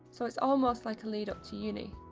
so it's almost like a lead up to uni.